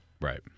Right